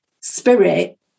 spirit